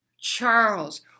Charles